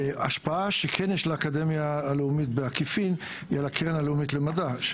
השפעה שכן יש לאקדמיה הלאומית בעקיפין היא על הקרן הלאומית למדע.